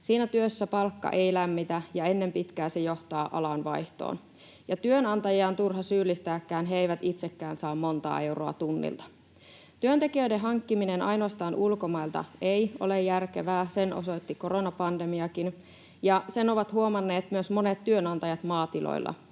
Siinä työssä palkka ei lämmitä, ja ennen pitkää se johtaa alanvaihtoon. Työnantajia on turha syyllistää, he eivät itsekään saa montaa euroa tunnilta. Työntekijöiden hankkiminen ainoastaan ulkomailta ei ole järkevää, sen osoitti koronapandemiakin. Sen ovat huomanneet myös monet työnantajat maatiloilla: